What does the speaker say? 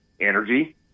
energy